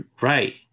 Right